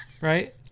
right